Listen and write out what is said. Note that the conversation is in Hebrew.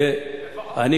אין בעיה.